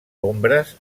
ombres